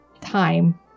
time